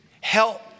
help